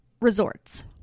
resorts